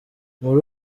muri